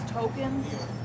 tokens